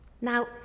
Now